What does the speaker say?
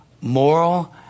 moral